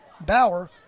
Bauer